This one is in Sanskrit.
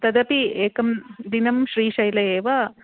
तदपि एकं दिनं श्रीशैले एव